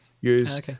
use